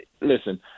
listen